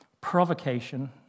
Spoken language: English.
provocation